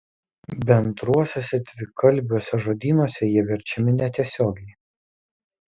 bendruosiuose dvikalbiuose žodynuose jie verčiami netiesiogiai